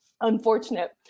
unfortunate